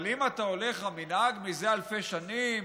אבל אם אתה הולך למנהג, מזה אלפי שנים